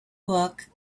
book